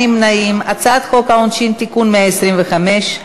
העונשין (תיקון מס' 125)